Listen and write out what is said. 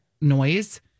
noise